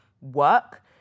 work